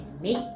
make